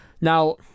Now